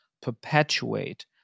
perpetuate